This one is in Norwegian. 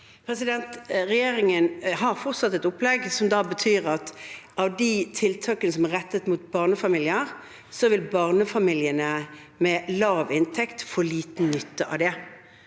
Regjeringen har fort- satt et opplegg som betyr at av de tiltakene som er rettet mot barnefamilier, vil barnefamiliene med lav inntekt få liten nytte av det.